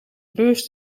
beurs